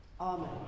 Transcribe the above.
Amen